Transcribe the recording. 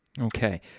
Okay